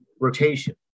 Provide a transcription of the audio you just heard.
rotation